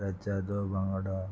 रेचादो बांगडो